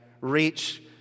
reach